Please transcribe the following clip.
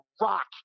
rock